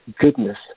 goodness